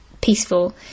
peaceful